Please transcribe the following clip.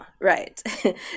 right